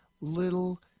little